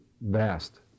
vast